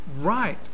Right